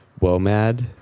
WOMAD